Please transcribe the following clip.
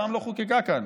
שאף פעם לא חוקקה כאן,